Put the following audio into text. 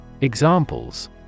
Examples